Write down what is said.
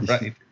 Right